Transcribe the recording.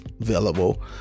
available